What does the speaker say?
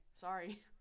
sorry